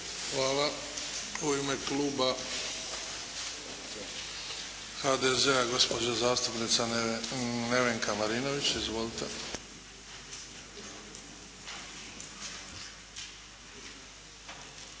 Hvala. U ime kluba HDZ-a gospođa zastupnica Nevenka Marinović. Izvolite.